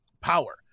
power